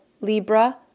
Libra